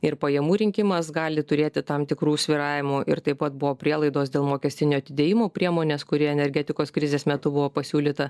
ir pajamų rinkimas gali turėti tam tikrų svyravimų ir taip pat buvo prielaidos dėl mokestinių atidėjimų priemonės kuri energetikos krizės metu buvo pasiūlyta